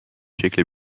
شکل